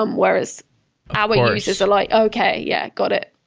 um whereas our users are like, okay. yeah, got it.